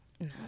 No